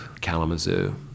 Kalamazoo